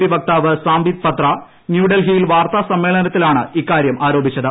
P വക്താവ് സാംബിത് പത്ര ന്യൂഡൽഹിയിൽ വാർത്താ സമ്മേളനത്തിലാണ് ഇക്കാര്യം ആരോപിച്ചത്